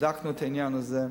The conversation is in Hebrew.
בדקנו את העניין הזה,